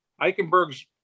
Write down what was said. Eichenberg's